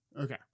Okay